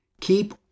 keep